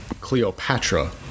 Cleopatra